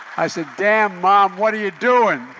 i said, damn, mom, what are you doing?